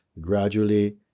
Gradually